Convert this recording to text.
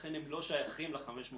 לכן הם לא שייכים ל-500 מיליון.